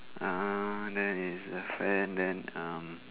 ah there it's a friend then come